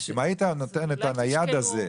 אם היית נותן את הנייד הזה,